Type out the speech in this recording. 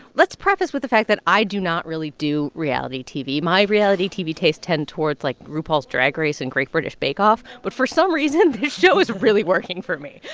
let's preface with the fact that i do not really do reality tv. my reality tv tastes tend towards, like, rupaul's drag race and great british bake off. but for some reason, this show is really working for me.